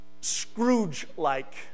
Scrooge-like